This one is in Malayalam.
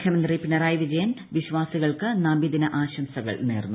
മുഖ്യമന്ത്രി പിണറായി വിജയൻ വിശ്വാസികൾക്ക് നബിദിന ആശംസകൾ നേർന്നു